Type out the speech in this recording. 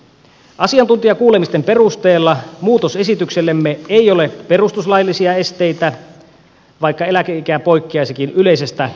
asiantuntijakuulemisten perusteella muutosesityksellemme ei ole perustuslaillisia esteitä vaikka eläkeikä poikkeaisikin yleisestä eläkeiästä